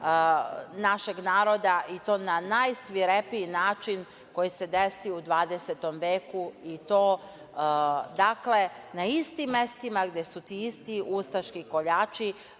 našeg naroda i to na najsvirepiji način koji se desio u 20. veku, i to na istim mestima gde su ti isti ustaški koljači